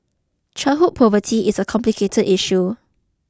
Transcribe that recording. childhood poverty is a complicated issue